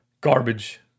Garbage